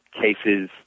cases